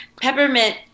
Peppermint